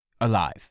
Alive